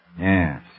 Yes